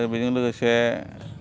आरो बेजों लोगोसे